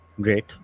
Great